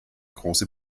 große